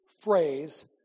phrase